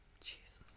Jesus